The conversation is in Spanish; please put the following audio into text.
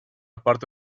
parte